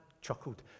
chuckled